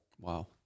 Wow